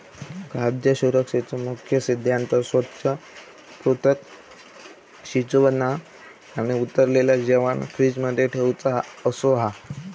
खाद्य सुरक्षेचो मुख्य सिद्धांत स्वच्छ, पृथक, शिजवना आणि उरलेला जेवाण फ्रिज मध्ये ठेउचा असो हा